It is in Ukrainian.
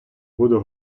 буду